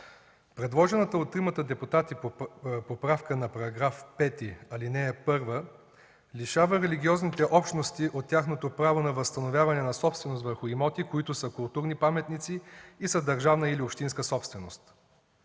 Предложената от тримата депутати поправка на § 5, ал. 1 лишава религиозните общности от тяхното право на възстановяване на собственост върху имоти, които са културни паметници и са държавна или общинска собственост.